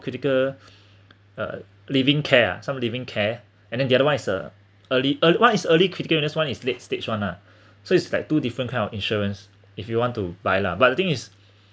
critical uh leaving care ah sum of leaving care and then the other one uh early uh one is early critical just one is late stage [one] lah so it's like two different kind of insurance if you want to buy lah but the thing is